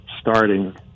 starting